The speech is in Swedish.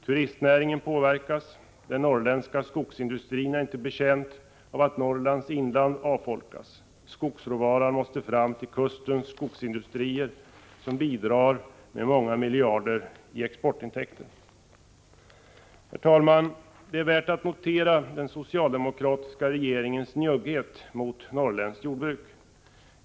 Turistnäringen påverkas, den norrländska skogsindustrin är inte betjänt av att Norrlands inland avfolkas. Skogsråvaran måste fram till kustens skogsindustrier, som bidrar med så många miljarder i exportintäkter. Herr talman! Det är värt att notera den socialdemokratiska regeringens njugghet mot norrländskt jordbruk.